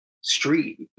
street